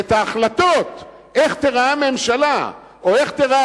ואת ההחלטות איך תיראה הממשלה או איך תיראה